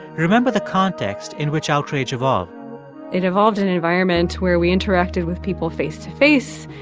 remember the context in which outrage evolved it evolved in environment where we interacted with people face to face,